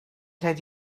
rhaid